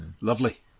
Lovely